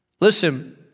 Listen